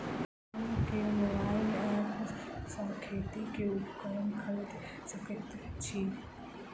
हम केँ mobile app सँ खेती केँ उपकरण खरीदै सकैत छी?